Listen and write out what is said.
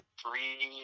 three